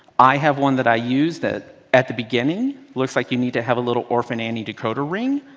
i have one that i use that at the beginning looks like you need to have a little orphan annie decoder ring,